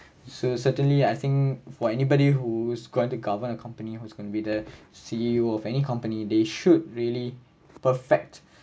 so certainly I think for anybody who's going to govern a company who's gonna be the C_E_O of any company they should really perfect